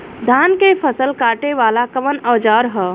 धान के फसल कांटे वाला कवन औजार ह?